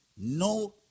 No